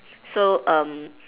so um